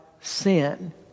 sin